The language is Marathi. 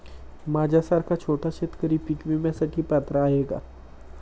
माझ्यासारखा छोटा शेतकरी पीक विम्यासाठी पात्र आहे का?